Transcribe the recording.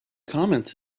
comments